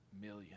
million